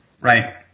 Right